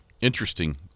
interesting